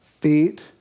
feet